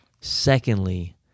Secondly